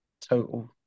total